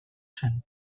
zen